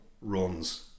runs